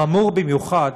חמור במיוחד,